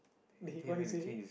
did he what he say